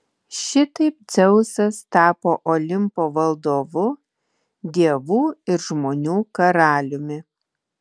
šitaip dzeusas tapo olimpo valdovu dievų ir žmonių karaliumi